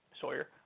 Sawyer